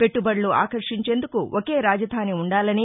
పెట్టుబడులు ఆకర్షించేందుకు ఒకే రాజధాని ఉండాలని